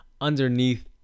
underneath